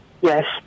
Yes